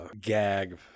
gag